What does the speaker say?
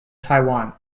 taiwan